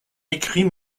écrit